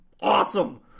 Awesome